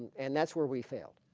and that's where we failed.